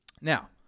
Now